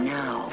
now